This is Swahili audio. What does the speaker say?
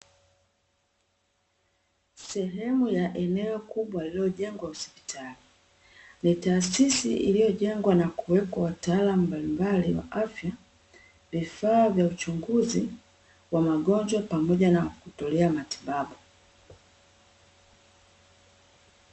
Sehemu ya eneo kubwa lililojengwa hospitali ni taasisi iliyojengwa na kuwekwa wataalamu mbalimbali wa afya, vifaa vya uchunguzi wa magonjwa pamoja na kutolea matibabu.